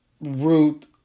Ruth